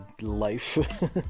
life